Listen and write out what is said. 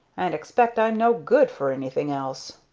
and expect i'm no good for anything else.